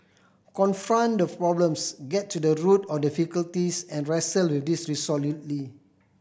confront the problems get to the root of difficulties and wrestle with these resolutely